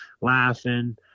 laughing